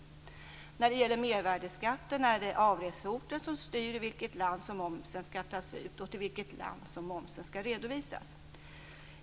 När det gäller mervärdeskatten är det avreseorten som styr vilket lands moms som skall tas ut och till vilket land som momsen skall redovisas.